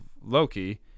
Loki